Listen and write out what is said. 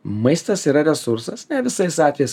maistas yra resursas ne visais atvejais